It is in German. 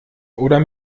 oder